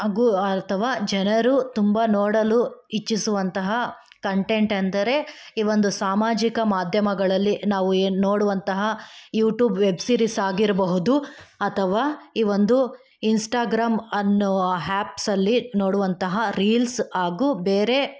ಹಾಗು ಅಥವಾ ಜನರು ತುಂಬ ನೋಡಲು ಇಚ್ಛಿಸುವಂತಹ ಕಂಟೆಂಟ್ ಅಂದರೆ ಈ ಒಂದು ಸಾಮಾಜಿಕ ಮಾಧ್ಯಮಗಳಲ್ಲಿ ನಾವು ಏನು ನೋಡುವಂತಹ ಯೂ ಟ್ಯೂಬ್ ವೆಬ್ ಸಿರೀಸ್ ಆಗಿರ್ಬಹುದು ಅಥವಾ ಈ ಒಂದು ಇನ್ಸ್ಟಾಗ್ರಾಮ್ ಅನ್ನೋ ಹ್ಯಾಪ್ಸಲ್ಲಿ ನೋಡುವಂತಹ ರೀಲ್ಸ್ ಹಾಗು ಬೇರೆ